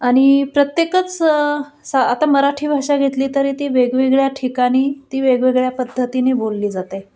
आणि प्रत्येकच सा आता मराठी भाषा घेतली तरी ती वेगवेगळ्या ठिकाणी ती वेगवेगळ्या पद्धतीने बोलली जाते